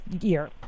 year